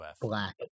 Black